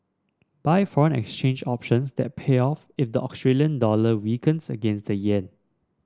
buy foreign exchange options that pay off if the Australian dollar weakens against the yen